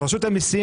רשות המיסים,